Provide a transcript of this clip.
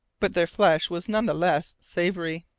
but their flesh was none the less savoury.